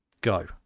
go